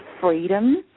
freedom